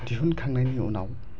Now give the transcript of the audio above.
दिहुनखांनायनि उनाव